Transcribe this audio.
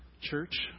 Church